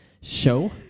show